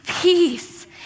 peace